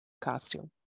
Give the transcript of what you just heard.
Costume